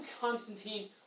Constantine